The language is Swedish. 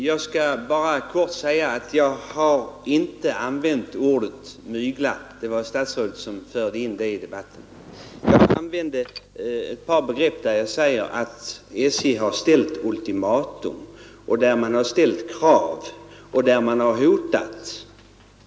Herr talman! Jag skall bara helt kort säga att jag inte har avsett att använda ordet mygla — jag har sagt att SJ har ställt ultimatum, har ställt krav och hotat.